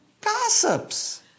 gossips